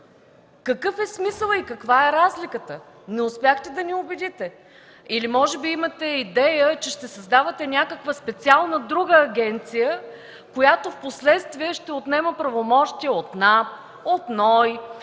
Какъв е смисълът и каква е разликата? Не успяхте да ни убедите. Или може би имате идея, че ще създавате някаква специална друга агенция, като впоследствие ще отнема правомощия от НАП, от НОИ,